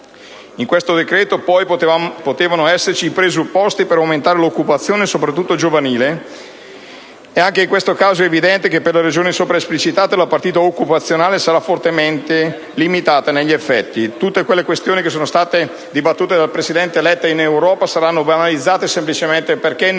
In questo decreto-legge, poi, potevano esserci i presupposti per aumentare l'occupazione, sopratutto giovanile: anche in questo caso è evidente che, per le ragioni prima esplicitate, la partita occupazionale sarà fortemente limitata negli effetti. Tutte le questioni che sono state dibattute dal presidente Letta in Europa saranno banalizzate semplicemente perché nessuno